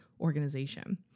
organization